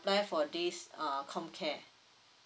apply for this uh COMCARE